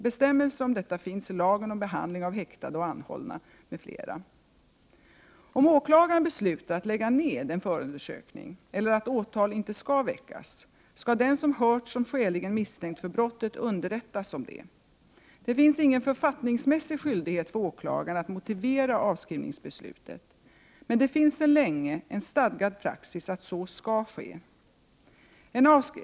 Bestämmelser om detta finns i lagen om behandling av häktade och anhållna m.fl. Om åklagaren beslutar att lägga ned en förundersökning eller att åtal inte skall väckas, skall den som hörts som skäligen misstänkt för brottet underrättas om detta. Det finns ingen författningsmässig skyldighet för åklagaren att motivera avskrivningsbeslutet, men det finns sedan länge en stadgad praxis att så skall ske.